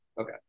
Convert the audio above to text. okay